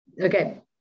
Okay